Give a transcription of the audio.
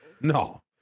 No